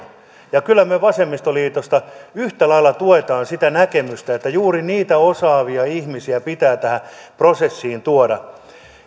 kyllä me vasemmistoliitosta yhtälailla tuetaan sitä näkemystä että juuri niitä osaavia ihmisiä pitää tähän prosessiin tuoda